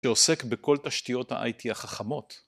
שעוסק בכל תשתיות ה-IT החכמות.